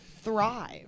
thrive